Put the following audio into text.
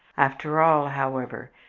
after all, however,